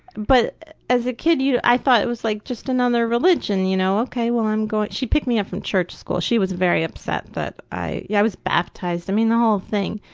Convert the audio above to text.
but, as a kid you, i thought it was like just another religion, you know, ok well i'm going. she picked me up from church school, she was very upset that i, yeah, i was baptized, i mean the whole thing,